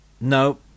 No